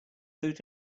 through